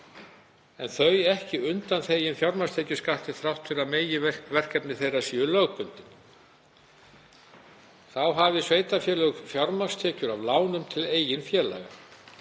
en þau séu ekki undanþegin fjármagnstekjuskatti þrátt fyrir að meginverkefni þeirra séu lögbundin. Þá hafi sveitarfélög fjármagnstekjur af lánum til eigin félaga.